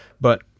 But-